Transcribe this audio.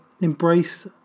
embrace